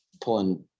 pulling